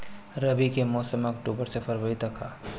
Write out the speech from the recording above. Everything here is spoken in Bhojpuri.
रबी के मौसम अक्टूबर से फ़रवरी तक ह